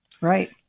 Right